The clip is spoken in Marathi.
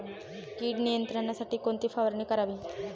कीड नियंत्रणासाठी कोणती फवारणी करावी?